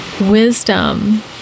wisdom